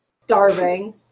Starving